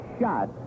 shot